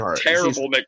Terrible